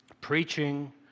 preaching